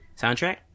soundtrack